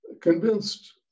convinced